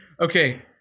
Okay